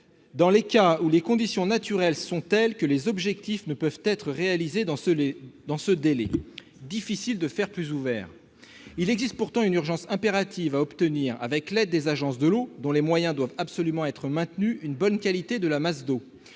« les cas où les conditions naturelles sont telles que les objectifs ne peuvent être réalisés dans ce délai »... Il y a pourtant une urgence impérative à obtenir, avec l'aide des agences de l'eau, dont les moyens doivent absolument être maintenus, une bonne qualité de la masse d'eau.